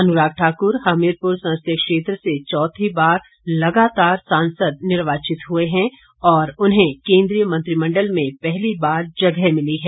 अनुराग ठाकुर हमीरपुर संसदीय क्षेत्र से चौथी बार लगातार सांसद निर्वाचित हुए हैं और उन्हें केन्द्रीय मंत्रिमण्डल में पहली बार जगह मिली है